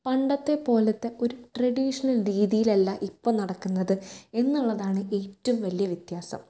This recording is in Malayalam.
പണ്ടത്തെ പോലത്തെ ഒരു ട്രഡീഷണൽ രീതിയിലല്ല ഇപ്പം നടക്കുന്നത് എന്നുള്ളതാണ് ഏറ്റവും വലിയ വ്യത്യാസം